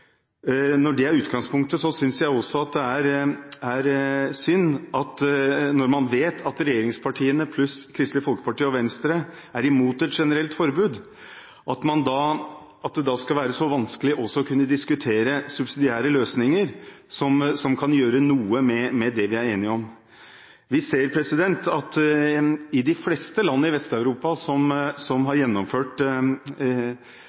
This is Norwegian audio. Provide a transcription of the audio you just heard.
Når det er såpass bred enighet om hva det handler om, og når utgangspunktet er at vi må gjøre noe sammen, synes jeg – når man vet at regjeringspartiene pluss Kristelig Folkeparti og Venstre er imot et generelt forbud – det er synd at det skal være så vanskelig å kunne diskutere subsidiære løsninger, som kan gjøre noe med det vi er enige om. Vi ser at de fleste land i Vest-Europa som